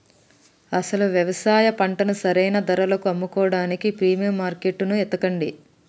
అసలు యవసాయ పంటను సరైన ధరలకు అమ్ముకోడానికి ప్రీమియం మార్కేట్టును ఎతకండి